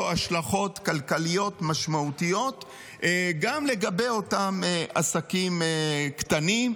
השלכות כלכליות משמעותיות גם לגבי אותם עסקים קטנים,